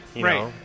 Right